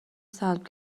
سلب